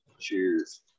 cheers